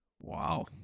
wow